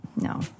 No